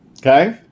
okay